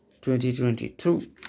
2022